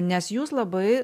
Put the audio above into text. nes jūs labai